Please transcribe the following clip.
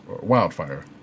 Wildfire